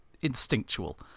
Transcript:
instinctual